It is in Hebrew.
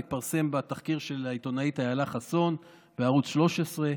התפרסם בתחקיר של העיתונאית אילה חסון בערוץ 13,